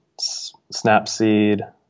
Snapseed